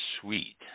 sweet